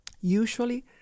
Usually